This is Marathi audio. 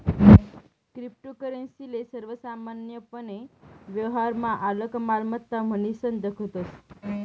क्रिप्टोकरेंसी ले सर्वसामान्यपने व्यवहारमा आलक मालमत्ता म्हनीसन दखतस